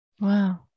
wow